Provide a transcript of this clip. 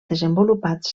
desenvolupats